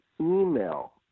email